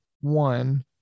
one